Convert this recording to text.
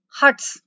huts